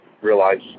realize